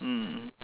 mm mm